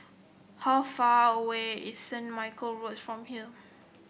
how far away is Saint Michael Road from here